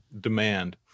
demand